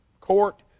court